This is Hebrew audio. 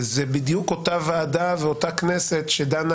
זו בדיוק אותה ועדה ואותה כנסת שדנה